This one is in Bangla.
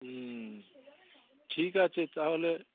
হুম ঠিক আছে তাহলে